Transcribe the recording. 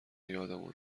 یادمون